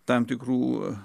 tam tikrų